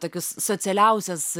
tokius socialiausias